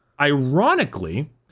ironically